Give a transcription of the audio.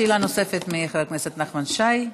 שאלה נוספת של חבר הכנסת נחמן שי.